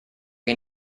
che